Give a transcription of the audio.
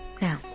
Now